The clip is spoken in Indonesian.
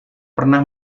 pernah